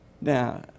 Now